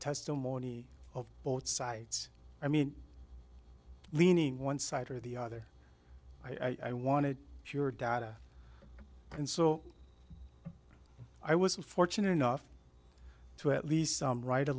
testimony of both sides i mean leaning one side or the other i wanted pure data and so i was fortunate enough to at least some write a